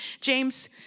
James